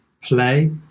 play